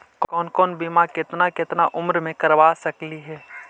कौन कौन बिमा केतना केतना उम्र मे करबा सकली हे?